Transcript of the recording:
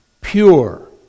pure